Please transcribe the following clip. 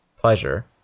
pleasure